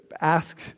ask